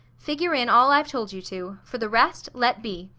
figure in all i've told you to for the rest let be!